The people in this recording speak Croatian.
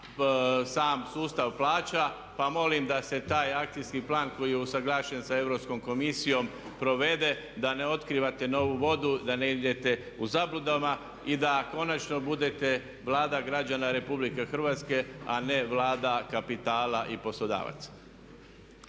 sam sustav plaća pa molim da se taj akcijski plan koji je usuglašen sa Europskom komisijom provede, da ne otkrivate novu vodu, da ne idete u zabludama. I da konačno budete Vlada građana RH a ne Vlada kapitala i poslodavaca.